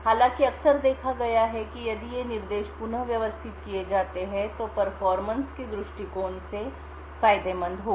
हालाँकि अक्सर देखा गया है कि यदि ये निर्देश पुन व्यवस्थित किए जाते हैं तो यह प्रदर्शनperformance परफॉर्मेंस के दृष्टिकोण से फायदेमंद होगा